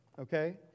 okay